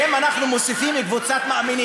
אם אנחנו מוסיפים קבוצת מאמינים,